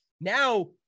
Now